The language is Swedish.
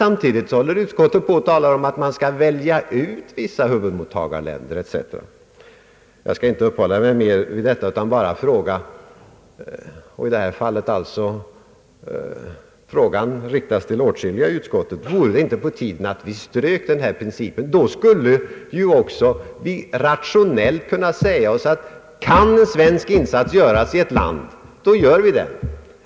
Samtidigt talar utskottet emellertid om att man skall »välja ut» vissa huvudmottagarländer. Jag skall inte uppehålla mig längre vid detta problem utan bara rikta följande fråga till åtskilliga ledamöter av utskottet: Vore det inte på tiden att stryka principen om huvudmottagarländer? Ty då skulle vi helt rationellt kunna säga oss: Kan en svensk insats göras i ett land, så gör vi den.